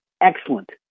excellent